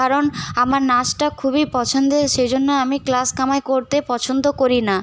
কারণ আমার নাচটা খুবই পছন্দের সেজন্য আমি ক্লাস কামাই করতে পছন্দ করি না